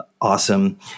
awesome